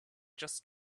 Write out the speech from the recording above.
just